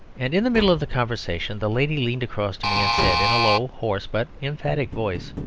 and in the middle of the conversation the lady leaned across to me and said in a low, hoarse, but emphatic voice,